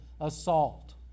assault